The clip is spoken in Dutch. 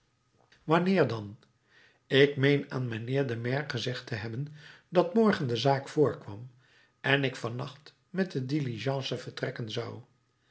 wanneer dan ik meen aan mijnheer den maire gezegd te hebben dat morgen de zaak voorkwam en ik van nacht met de diligence vertrekken zou